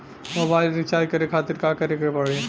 Mobile recharge करे खातिर का करे के पड़ी?